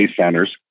centers